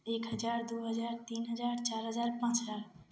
एक हज़ार दो हज़ार तीन हज़ार चार हज़ार पाँच हज़ार